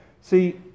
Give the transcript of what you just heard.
See